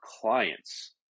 clients